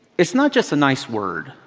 it's not just a nice word.